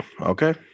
Okay